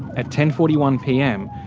at ten. forty one pm,